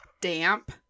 damp